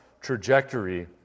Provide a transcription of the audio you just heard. trajectory